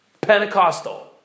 Pentecostal